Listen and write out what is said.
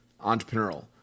entrepreneurial